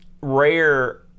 rare